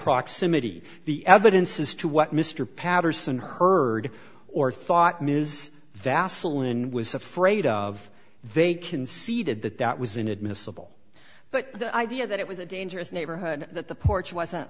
proximity the evidence as to what mr patterson heard or thought ms vaseline was afraid of they conceded that that was inadmissible but the idea that it was a dangerous neighborhood that the porch wasn't